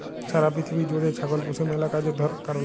ছারা পিথিবী জ্যুইড়ে ছাগল পুষে ম্যালা কাজের কারলে